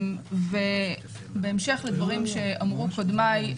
ובהמשך לדברים שאמרו קודמיי,